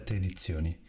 edizioni